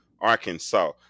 Arkansas